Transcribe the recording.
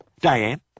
Diane